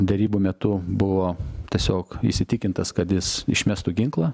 derybų metu buvo tiesiog įsitikintas kad jis išmestų ginklą